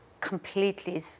completely